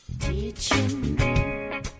Teaching